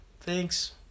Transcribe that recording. Thanks